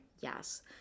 yes